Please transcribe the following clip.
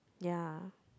ya